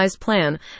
plan